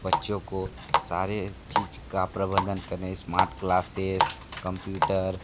बच्चों को सारे चीज का प्रबंधन करने स्मार्ट क्लासेस कंप्यूटर